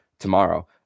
tomorrow